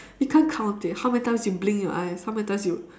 you can't count it how many times you blink your eyes how many times you